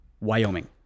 wyoming